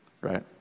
right